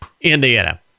Indiana